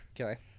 okay